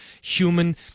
human